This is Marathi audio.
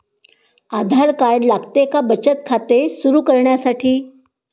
आधार कार्ड लागते का बचत खाते सुरू करण्यासाठी?